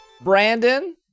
Brandon